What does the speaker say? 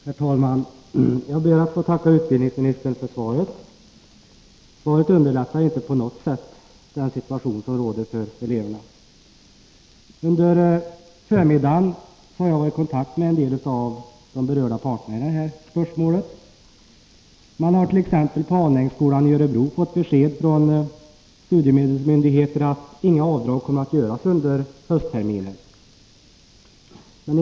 Herr talman! Jag ber att få tacka utbildningsministern för svaret, som emellertid inte på något sätt utlovar en förbättring av situationen för eleverna. Under förmiddagen har jag varit i kontakt med en del av de berörda parterna. Man har t.ex. på Alnängsskolan i Örebro fått besked från studiemedelsmyndigheterna att inga avdrag kommer att göras under höstterminen.